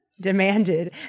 demanded